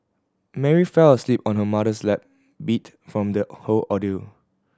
Mary fell asleep on her mother's lap beat from the whole ordeal